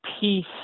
peace